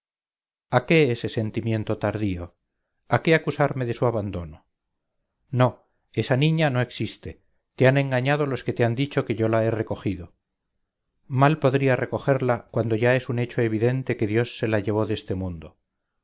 a qué ese sentimiento tardío a qué acusarme de su abandono no esa niña no existe te han engañado los que te han dicho que yo la he recogido mal podría recogerla cuando ya es un hecho evidente que dios se la llevó de este mundo